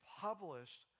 published